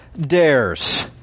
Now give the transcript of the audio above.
Dares